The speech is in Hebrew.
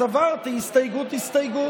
אז עברתי הסתייגות-הסתייגות.